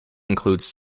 includes